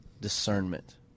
discernment